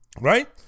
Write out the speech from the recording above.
right